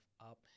up